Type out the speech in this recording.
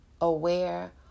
aware